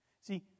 See